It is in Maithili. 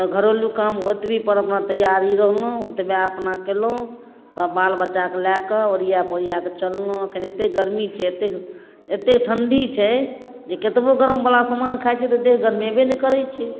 तऽ घरेलू काम ओतबीपर अपना तैयारी रहलहुँ ओतबे अपना केलहुँ सब बाल बच्चाके लए कऽ ओरिया पोरियाके चललहुँ एखन एते गरमी छै एते ठण्डी छै जे कतबो गरमवला सामान खाइ छियै तऽ देह गरमेबे नहि करै छै